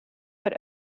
but